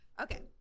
Okay